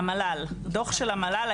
דוח של המל"ל.